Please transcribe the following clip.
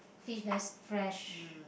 fish very fresh